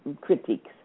critiques